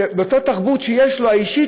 התרבות האישית,